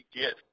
get